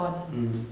mm